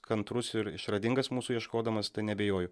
kantrus ir išradingas mūsų ieškodamas neabejoju